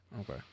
Okay